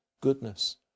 goodness